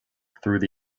through